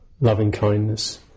loving-kindness